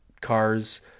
cars